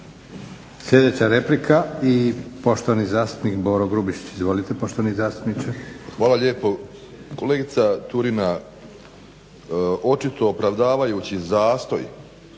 Sljedeća replika i poštovani zastupnik Boro Grubišić. Izvolite poštovani zastupniče. **Grubišić, Boro (HDSSB)** Hvala lijepo. Kolegica Turina, očito opravdavajući zastoj